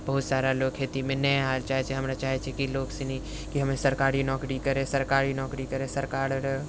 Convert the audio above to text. बहुत सारा लोक खेतीमे नहि आयेले चाहे छै हमरे चाहे छियै कि लोक सनि कि हमे सरकारी नौकरी करै सरकारी नौकरी करै सरकाररे